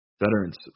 veterans